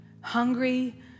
hungry